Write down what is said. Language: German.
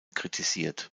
kritisiert